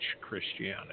Christianity